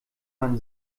man